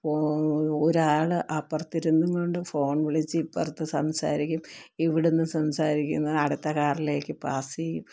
ഓ ഒരാൾ അപ്പുറത്തിരുന്നു കൊണ്ട് ഫോൺ വിളിച്ചിട്ട് ഇപ്പുറത്ത് സംസാരിക്കും ഇവിടുന്ന് സംസാരിക്കുന്നത് അടുത്ത കാറിലേക്ക് പാസ് ചെയ്യും